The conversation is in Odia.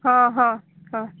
ହଁ ହଁ ହଁ